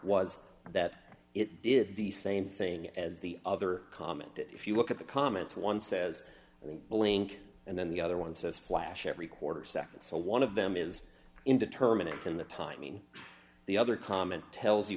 was that it did the same thing as the other comment if you look at the comments one says and blink and then the other one says flash every quarter nd so one of them is indeterminate in the timing the other comment tells you